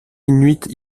inuits